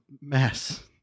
mess